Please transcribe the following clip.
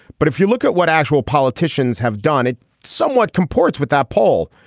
but if you look at what actual politicians have done it somewhat comports with that poll.